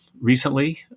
recently